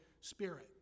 Spirit